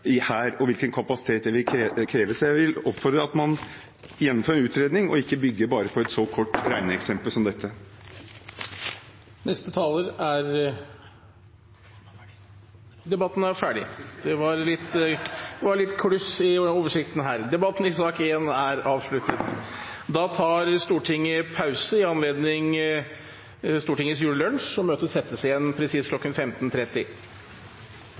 i Norge, og hvilken kapasitet det vil kreve. Jeg vil oppfordre til å gjennomføre en utredning og ikke bare bygge på et så kort regneeksempel som dette. Flere har ikke bedt om ordet til sak nr. 1. Stortinget tar nå pause i anledning Stortingets julelunsj, og møtet settes igjen presis